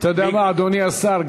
אתה יודע מה, אדוני השר?